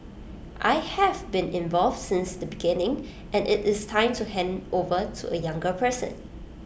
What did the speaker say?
I have been involved since the beginning and IT is time to hand over to A younger person